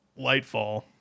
Lightfall